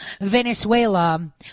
Venezuela